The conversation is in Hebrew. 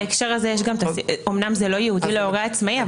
בהקשר הזה זה אמנם לא ייעודי להורה עצמאי,